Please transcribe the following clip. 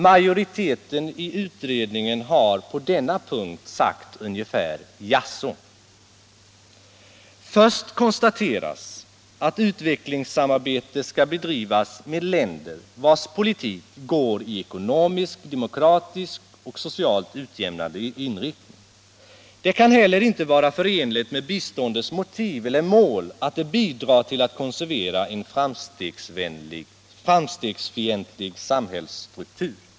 Majoriteten i utredningen har på denna punkt sagt ungefär jaså. Först konstateras att utvecklingssamarbetet skall bedrivas med länder vars politik går i ekonomisk, demokratisk och socialt utjämnande riktning. Det kan heller inte vara förenligt med biståndets motiv eller mål att det bidrar till att konservera en framstegsfientlig samhällsstruktur.